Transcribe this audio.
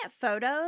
photos